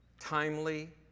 timely